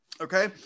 Okay